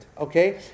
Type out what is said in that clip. okay